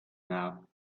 now